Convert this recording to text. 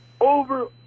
Over